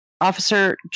Officer